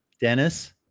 dennis